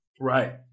Right